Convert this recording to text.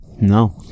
No